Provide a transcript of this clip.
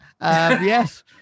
Yes